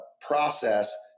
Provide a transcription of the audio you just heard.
process